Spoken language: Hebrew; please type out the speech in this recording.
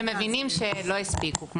מנהלי, כשמבינים שלא הספיקו.